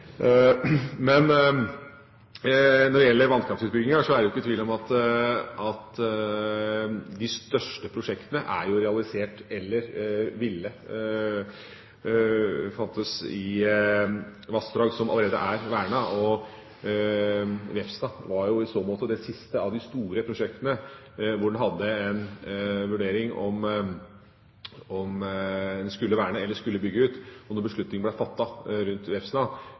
Når det gjelder vannkraftutbygging, er det ikke tvil om at de største prosjektene er realisert eller ville vært i vassdrag som allerede er vernet. Vefsna var jo i så måte det siste av de store prosjektene der en vurderte om en skulle verne eller skulle bygge ut. Og da beslutningen om Vefsna ble